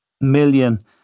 million